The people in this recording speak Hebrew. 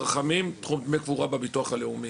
בביטוח הלאומי.